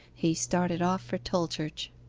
he started off for tolchurch.